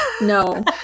No